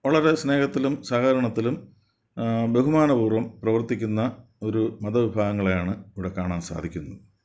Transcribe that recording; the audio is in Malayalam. വളരെ സ്നേഹത്തിലും സഹകരണത്തിലും ബഹുമാനപൂർവ്വം പ്രവർത്തിക്കുന്ന ഒരു മതവിഭാഗങ്ങളെയാണ് ഇവിടെ കാണാൻ സാധിക്കുന്നത്